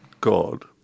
God